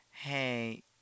Hey